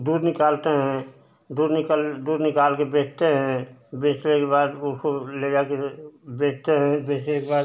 दूध निकालते हैं दूध निकल दूध निकालकर बेचते हैं बेचने के बाद उसको ले जाकर बेचते हैं बेचने के बाद